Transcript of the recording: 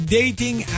dating